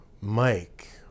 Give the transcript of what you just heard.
Mike